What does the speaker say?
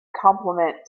complement